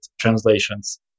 translations